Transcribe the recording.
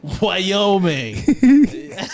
Wyoming